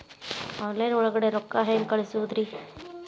Online ಒಳಗಡೆ ರೊಕ್ಕ ಹೆಂಗ್ ಕಳುಹಿಸುವುದು?